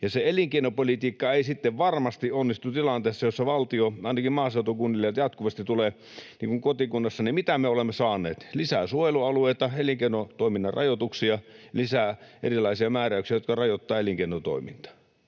ja se elinkeinopolitiikka ei sitten varmasti onnistu tilanteessa, jossa valtiolta ainakin maaseutukunnille jatkuvasti tulee — niin kuin kotikunnassani, mitä me olemme saaneet? — lisää suojelualueita, elinkeinotoiminnan rajoituksia, lisää erilaisia määräyksiä, jotka rajoittavat elinkeinotoimintaa.